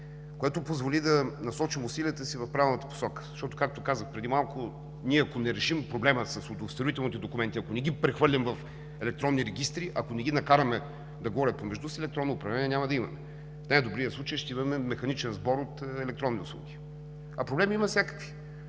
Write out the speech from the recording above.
което позволи да насочим усилията си в правилната посока. Защото, както казах преди малко, ако не решим проблема с удостоверителните документи, ако не ги прехвърлим в електронни регистри, ако не ги накараме да говорят помежду си, електронно управление няма да има! В най-добрия случай ще имаме механичен сбор от електронни услуги. Проблеми има всякакви.